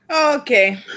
Okay